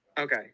Okay